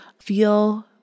feel